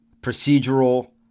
procedural